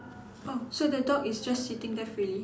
oh so the dog is just sitting there freely